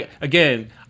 again